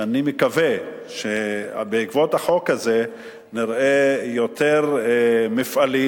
שאני מקווה שבעקבות החוק הזה נראה יותר מפעלים,